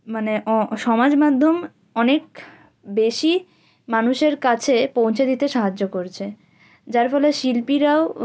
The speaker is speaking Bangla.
মানে সমাজ মাধ্যম অনেক বেশি মানুষের কাছে পৌঁছে দিতে সাহায্য করছে যার ফলে শিল্পীরাও